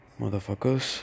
Motherfuckers